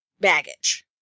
baggage